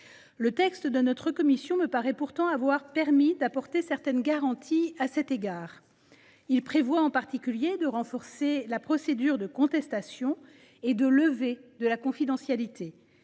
Le texte de notre commission me paraît pourtant apporter certaines garanties à cet égard. Il renforce en particulier la procédure de contestation et de levée de la confidentialité